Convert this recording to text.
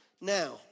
Now